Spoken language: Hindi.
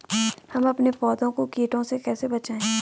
हम अपने पौधों को कीटों से कैसे बचाएं?